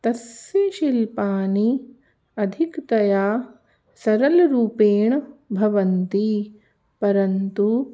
तस्य शिल्पानि अधिकतया सरलरूपेण भवन्ति परन्तु